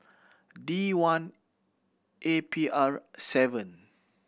D one A P R seven